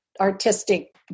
artistic